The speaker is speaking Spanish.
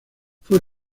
fue